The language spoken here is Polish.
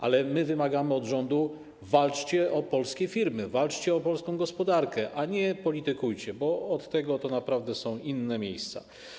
Ale wymagamy od rządu - walczcie o polskie firmy, walczcie o polską gospodarkę, a nie politykujcie, bo od tego naprawdę są inne miejsca.